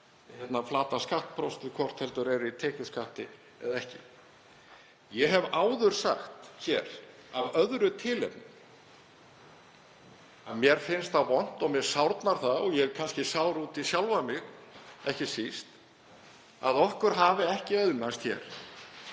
bara eina flata skattprósentu, hvort heldur er í tekjuskatti eða ekki. Ég hef áður sagt hér af öðru tilefni að mér finnst það vont og mér sárnar það, og ég er kannski ekki síst sár út í sjálfan mig, að okkur hafi ekki auðnast hér